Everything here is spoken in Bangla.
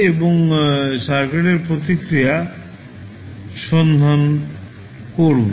এবং সার্কিটের প্রতিক্রিয়া সন্ধান করবো